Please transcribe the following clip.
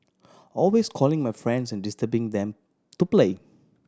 always calling my friends and disturbing them to play